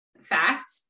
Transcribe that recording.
fact